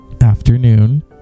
afternoon